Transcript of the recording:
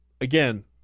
again